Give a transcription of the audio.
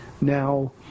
now